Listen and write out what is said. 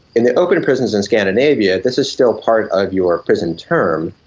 in the open prisons in scandinavia, this is still part of your prison term,